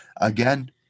again